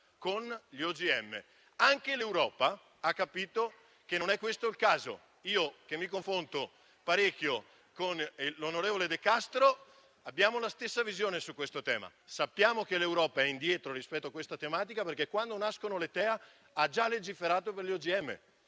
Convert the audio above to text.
con gli OGM. Anche l'Europa ha capito che non è questo il caso; io, infatti, mi confronto parecchio con l'onorevole De Castro e abbiamo la stessa visione su questo tema. Sappiamo che l'Europa è indietro rispetto a questa tematica, perché quando nascono le TEA ha già legiferato per gli OGM,